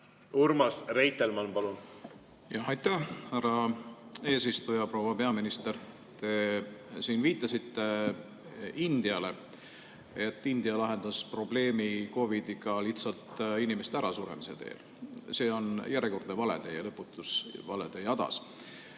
Urmas Reitelmann, palun! Aitäh, härra eesistuja! Proua peaminister, te siin viitasite Indiale, et India lahendas probleemi COVID-iga lihtsalt inimeste ärasuremise teel. See on järjekordne vale teie lõputus valede jadas.